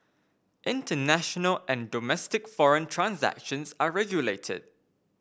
international and domestic foreign transactions are regulated